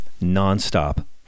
non-stop